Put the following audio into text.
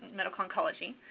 medical oncology,